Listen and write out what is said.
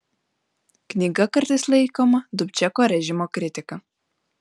knyga kartais laikoma dubčeko režimo kritika